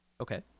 okay